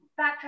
backtrack